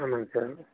ஆமாங்க சார்